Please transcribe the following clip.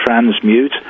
transmute